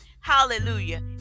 Hallelujah